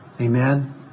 Amen